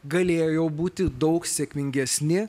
galėjo būti daug sėkmingesni